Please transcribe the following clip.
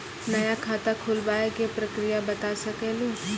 नया खाता खुलवाए के प्रक्रिया बता सके लू?